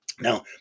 Now